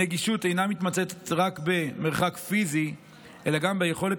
הנגישות אינה מתמצתת רק במרחק פיזי אלא גם ביכולת